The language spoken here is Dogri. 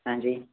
हंजी